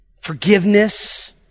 forgiveness